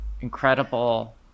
incredible